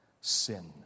sin